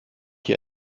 hier